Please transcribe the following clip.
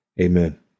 Amen